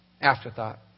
afterthought